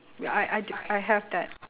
wait I I d~ I have that